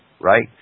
right